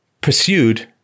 pursued